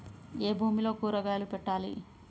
ఏ భూమిలో కూరగాయలు పెట్టాలి?